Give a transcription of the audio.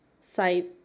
site